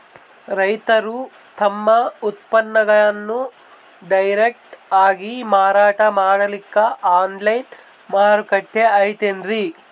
ರೈತರು ತಮ್ಮ ಉತ್ಪನ್ನಗಳನ್ನು ಡೈರೆಕ್ಟ್ ಆಗಿ ಮಾರಾಟ ಮಾಡಲಿಕ್ಕ ಆನ್ಲೈನ್ ಮಾರುಕಟ್ಟೆ ಐತೇನ್ರೀ?